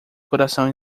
coração